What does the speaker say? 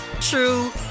true